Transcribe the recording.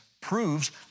proves